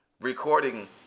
recording